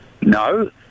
No